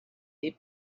their